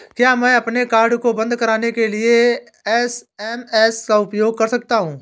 क्या मैं अपने कार्ड को बंद कराने के लिए एस.एम.एस का उपयोग कर सकता हूँ?